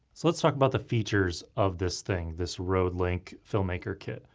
so let's talk about the features of this thing, this rodelink filmmaker kit.